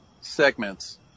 segments